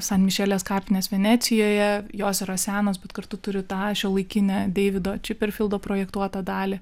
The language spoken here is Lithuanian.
san mišelės kapinės venecijoje jos yra senos bet kartu turi tą šiuolaikinę deivido čiperfildo projektuotą dalį